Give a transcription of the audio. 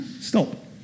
stop